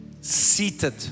seated